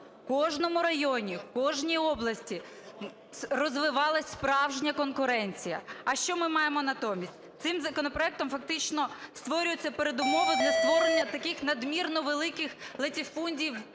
в кожному районі, в кожній області розвивалася справжня конкуренція. А що ми маємо натомість? Цим законопроектом фактично створюються передумови для створення таких надмірно великих латифундій